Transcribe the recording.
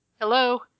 Hello